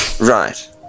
Right